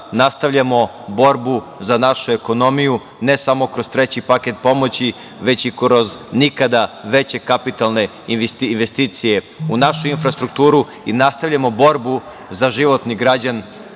nastavljamo borbu za našu ekonomiju, ne samo kroz treći paket pomoći, već i kroz nikada veće kapitalne investicije u našu infrastrukturu i nastavljamo borbu za životni standard